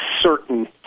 certain